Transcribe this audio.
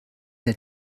der